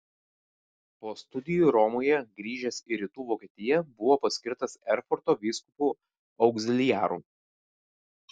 po studijų romoje grįžęs į rytų vokietiją buvo paskirtas erfurto vyskupu augziliaru